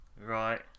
right